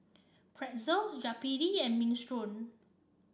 Pretzel Chapati and Minestrone